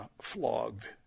flogged